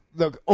look